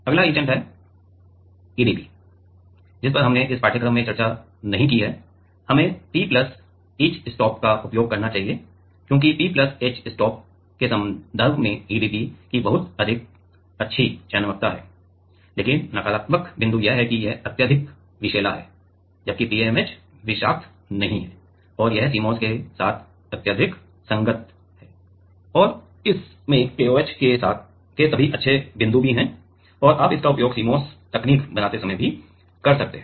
अगला इचंट है EDP जिस पर हमने इस पाठ्यक्रम में चर्चा नहीं की है हमें P ईचस्टॉप का उपयोग करना चाहिए क्योंकि P एचस्टॉप के संबंध में EDP की बहुत अच्छी चयनात्मकता है लेकिन नकारात्मक बिंदु यह है कि यह अत्यधिक विषैला है जबकि TMAH विषाक्त नहीं है और यह CMOS के साथ अत्यधिक संगत है और इसमें KOH के सभी अच्छे बिंदु भी हैं और आप इसका उपयोग CMOS तकनीक बनाते समय भी कर सकते हैं